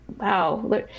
wow